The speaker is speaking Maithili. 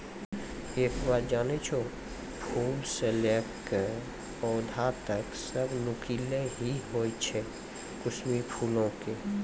एक बात जानै छौ, फूल स लैकॅ पौधा तक सब नुकीला हीं होय छै कुसमी फूलो के